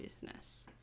business